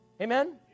Amen